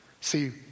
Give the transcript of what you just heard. See